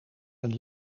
een